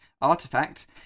Artifact